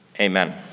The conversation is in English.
amen